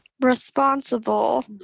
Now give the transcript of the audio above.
responsible